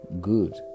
good